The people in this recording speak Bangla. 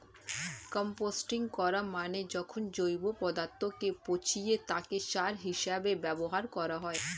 কম্পোস্টিং করা মানে যখন জৈব পদার্থকে পচিয়ে তাকে সার হিসেবে ব্যবহার করা হয়